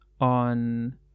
on